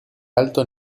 alto